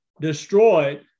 destroyed